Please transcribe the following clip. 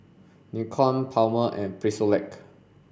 Nikon Palmer's and Frisolac